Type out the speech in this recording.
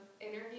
interview